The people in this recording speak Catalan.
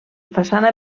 façana